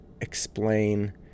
explain